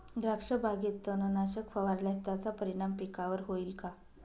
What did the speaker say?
द्राक्षबागेत तणनाशक फवारल्यास त्याचा परिणाम पिकावर होईल का?